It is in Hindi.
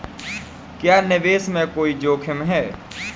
क्या निवेश में कोई जोखिम है?